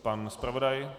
Pan zpravodaj?